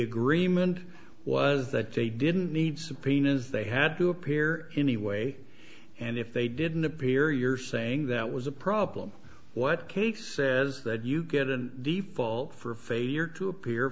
agreement was that they didn't need subpoenas they had to appear anyway and if they didn't appear you're saying that was a problem what case says that you get in the fault for a failure to appear